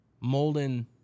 molding